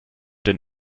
den